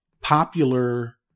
popular